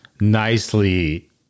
nicely